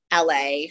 LA